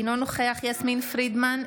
אינו נוכח יסמין פרידמן,